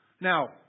Now